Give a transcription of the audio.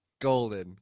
Golden